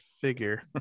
figure